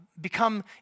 become